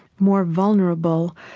more vulnerable.